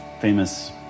famous